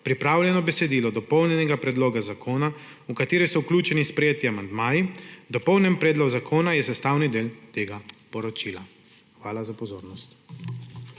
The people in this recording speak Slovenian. pripravljeno besedilo dopolnjenega predloga zakona, v katerega so vključeni sprejeti amandmaji. Dopolnjeni predlog zakona je sestavni del tega poročila. Hvala za pozornost.